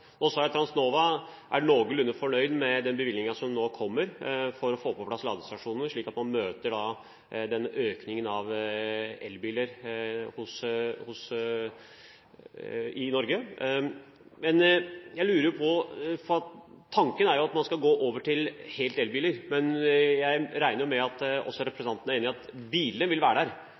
også fly. Når det gjelder nullutslipp, deler jeg ambisjonen til representanten Hansson, og framtiden må være at bilene på veiene har nullutslipp. Transnova er noenlunde fornøyd med den bevilgningen som nå kommer for å få på plass ladestasjoner, slik at man møter økningen av elbiler i Norge. Tanken er at man skal gå helt over til elbiler, men jeg regner med at også representanten er enig i at bilene vil være der.